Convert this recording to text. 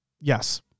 Yes